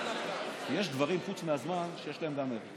יש דברים חוץ מהזמן שיש להם גם ערך.